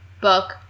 book